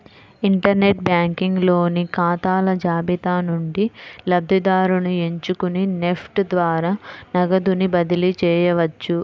inter net banking లోని ఖాతాల జాబితా నుండి లబ్ధిదారుని ఎంచుకొని నెఫ్ట్ ద్వారా నగదుని బదిలీ చేయవచ్చు